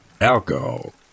alcohol